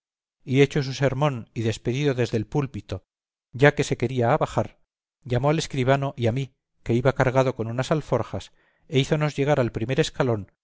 y hecho su sermón y despedido desde el púlpito ya que se quería abajar llamó al escribano y a mí que iba cargado con unas alforjas e hízonos llegar al primer escalón